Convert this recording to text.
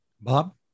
bob